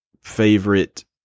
favorite